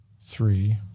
three